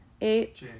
eight